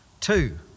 Two